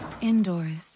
indoors